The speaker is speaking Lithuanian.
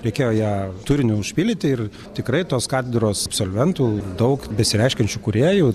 reikėjo ją turiniu užpildyti ir tikrai tos katedros absolventų daug besireiškiančių kūrėjų